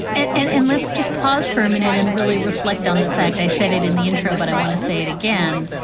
and and let's just pause for a minute and really reflect on the fact they said it in the intro. but i want to say it again.